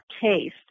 case